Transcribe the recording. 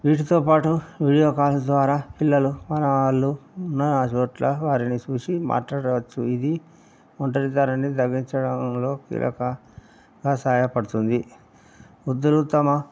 వీటితో పాటు video call ద్వారా పిల్లలు మనవాళ్ళు ఉన్న చోట్ల వారిని చూసి మాట్లాడవచ్చు ఇది ఒంటరితనాన్ని తగ్గించడంలో కీలకగా సహాయపడుతుంది ఉద్ద్దరు తమ